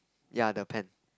yeah the pan